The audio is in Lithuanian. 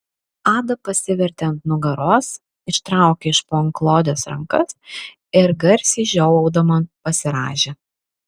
ada pasivertė ant nugaros ištraukė iš po antklodės rankas ir garsiai žiovaudama pasirąžė